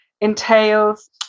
entails